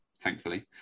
thankfully